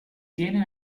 tiene